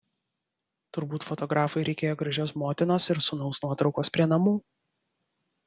turbūt fotografui reikėjo gražios motinos ir sūnaus nuotraukos prie namų